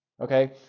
Okay